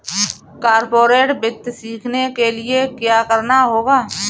corporate वित्त सीखने के लिया क्या करना होगा